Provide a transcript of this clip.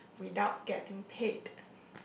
without getting paid